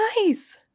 Nice